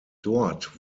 dort